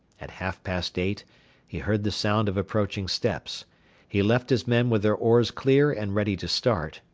at half-past eight he heard the sound of approaching steps he left his men with their oars clear and ready to start,